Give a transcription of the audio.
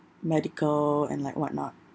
medical and like whatnot